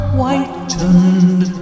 whitened